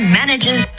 manages